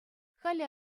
халӗ